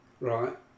Right